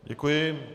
Děkuji.